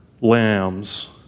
lambs